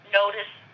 notice